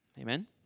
Amen